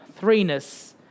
threeness